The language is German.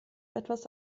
etwas